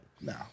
no